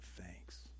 thanks